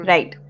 Right